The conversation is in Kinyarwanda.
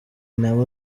nawe